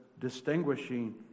distinguishing